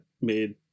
made